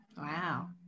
wow